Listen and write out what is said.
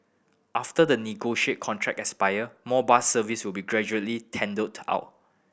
after the negotiate contract expire more bus service will be gradually tendered out